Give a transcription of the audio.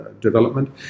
development